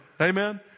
amen